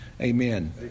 Amen